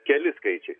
keli skaičiai